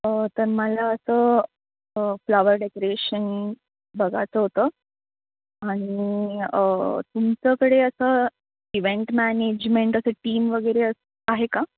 तर मला असं फ्लावर डेकोरेशन बघायचं होतं आणि तुमच्याकडे असं इव्हेंट मॅनेजमेंट असं टीम वगैरे असं आहे का